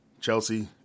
Chelsea